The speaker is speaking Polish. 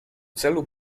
celu